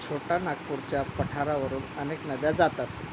छोटा नागपूरच्या पठारावरून अनेक नद्या जातात